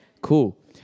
Cool